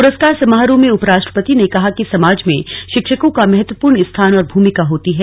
पुरस्कार समारोह में उपराष्ट्रपति ने कहा कि समाज में शिक्षकों का महत्वपूर्ण स्थान और भूमिका होती है